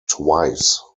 twice